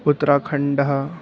उत्तराखण्डः